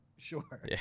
Sure